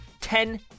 ten